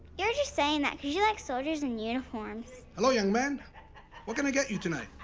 you're just saying that because you like soldiers and uniforms. hello, young man. what can i get you tonight?